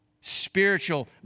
spiritual